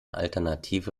alternative